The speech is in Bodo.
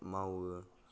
मावो